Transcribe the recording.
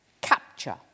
capture